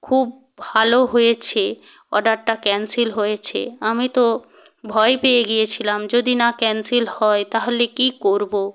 খুব ভালো হয়েছে অর্ডারটা ক্যান্সেল হয়েছে আমি তো ভয় পেয়ে গিয়েছিলাম যদি না ক্যান্সেল হয় তাহলে কী করবো